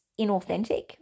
inauthentic